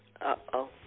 Uh-oh